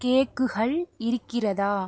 கேக்குகள் இருக்கிறதா